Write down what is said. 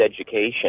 education